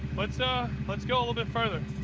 let's, ah let's go a little bit further.